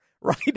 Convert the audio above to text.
right